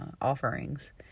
offerings